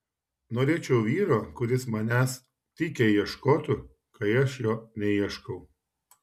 norėčiau vyro kuris manęs tykiai ieškotų kai aš jo neieškau